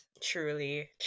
truly